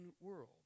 world